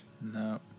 No